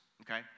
okay